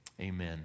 Amen